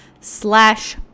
slash